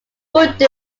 would